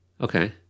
Okay